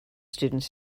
students